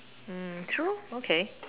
true okay